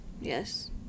Yes